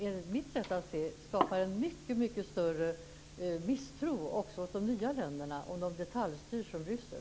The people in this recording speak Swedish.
Enligt mitt sätt att se det skulle det skapa en mycket större misstro också hos de nya länderna om de detaljstyrs från Bryssel.